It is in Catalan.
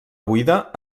buida